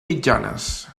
mitjanes